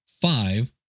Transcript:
five